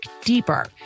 deeper